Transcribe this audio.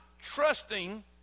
trusting